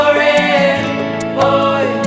boy